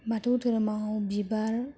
बाथौ धोरोमाव बिबार